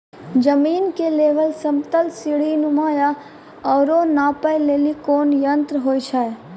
जमीन के लेवल समतल सीढी नुमा या औरो नापै लेली कोन यंत्र होय छै?